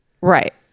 right